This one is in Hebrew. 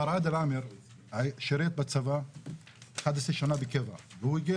מר עאדל עאמר שירת בצבא 11 שנה בקבע והוא הגיע